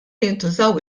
jintużaw